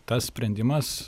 tas sprendimas